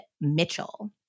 Mitchell